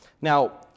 Now